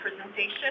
presentation